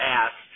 ass